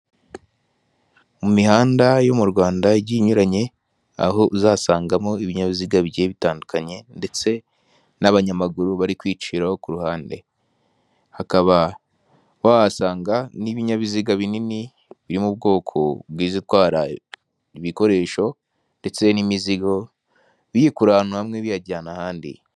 Mu mihanda yo mu Rwanda igi inyuranye aho uzasangamo ibinyabiziga bigiye bitandukanye ndetse n'abanyamaguru bari kwiciraho ku ruhande, hakaba wahasanga n'ibinyabiziga binini biri mu bwoko bw'izitwara ibikoresho ndetse n'imizigo biyikura ahantu hamwe biyijyana ahandi.